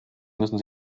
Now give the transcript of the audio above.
müssen